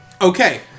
okay